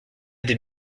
des